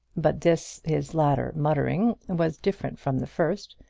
but this, his latter muttering, was different from the first,